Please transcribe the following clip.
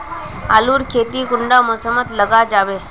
आलूर खेती कुंडा मौसम मोत लगा जाबे?